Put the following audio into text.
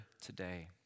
today